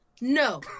no